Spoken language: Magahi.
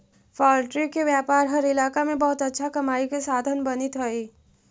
पॉल्ट्री के व्यापार हर इलाका में बहुत अच्छा कमाई के साधन बनित हइ